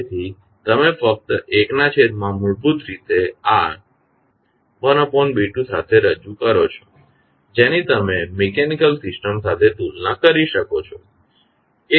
તેથી તમે ફક્ત 1 ના છેદમાં મૂળભૂત રીતે આ 1B2 સાથે રજૂ કરો છો જેની તમે મિકેનીકલ સિસ્ટમ સાથે તુલના કરી શકો છો